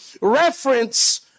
reference